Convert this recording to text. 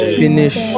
finish